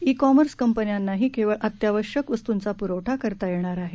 E commerce कंपन्यानाही केवळ अत्यावश्यक वस्तूंचा पुरवठा करता येणार आहे